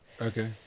Okay